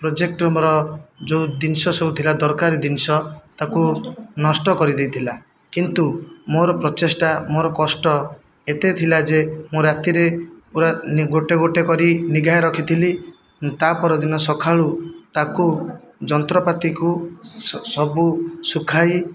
project ରୁମ୍ର ଯେଉଁ ଜିନିଷ ସବୁ ଥିଲା ଦରକାରୀ ଜିନିଷ ତାକୁ ନଷ୍ଟ କରିଦେଇଥିଲା କିନ୍ତୁ ମୋ'ର ପ୍ରଚେଷ୍ଟା ମୋ'ର କଷ୍ଟ ଏତେ ଥିଲା ଯେ ମୁଁ ରାତିରେ ପୁରା ଗୋଟିଏ ଗୋଟିଏ କରି ନିଘା ରଖିଥିଲି ତା'ପରଦିନ ସକାଳୁ ତାକୁ ଯନ୍ତ୍ରପାତିକୁ ସବୁ ଶୁଖାଇ